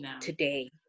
today